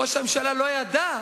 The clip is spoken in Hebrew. ראש הממשלה לא ידע.